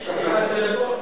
אתה עוד שואל אותם שאלות?